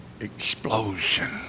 explosion